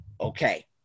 Okay